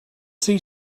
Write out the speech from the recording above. see